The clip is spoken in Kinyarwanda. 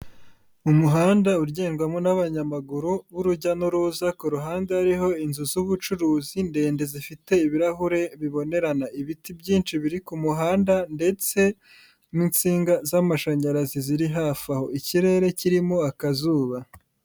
Mu muhanda ugendwamo n'abanyamaguru b'urujya n'uruza, ku ruhande hariho inzu z'ubucuruzi ndende zifite ibirahure bibonerana. Ibiti byinshi biri ku ku muhanda ndetse n'insinga z'amashanyarazi ziri hafi aho, ikirere kirimo akazuba.